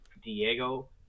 Diego